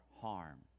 harm